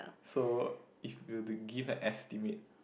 so if you were to give an estimate